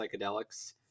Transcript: psychedelics